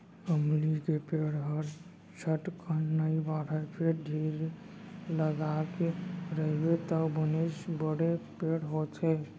अमली के पेड़ हर झटकन नइ बाढ़य फेर धीर लगाके रइबे तौ बनेच बड़े पेड़ होथे